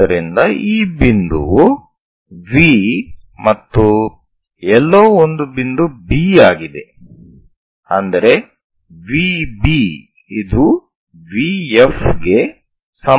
ಆದ್ದರಿಂದ ಈ ಬಿಂದುವು V ಮತ್ತು ಎಲ್ಲೋ ಒಂದು ಬಿಂದು B ಆಗಿದೆ ಅಂದರೆ VB ಇದು V F ಗೆ ಸಮಾನವಾಗಿರುತ್ತದೆ